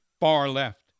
far-left